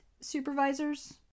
supervisors